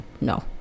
No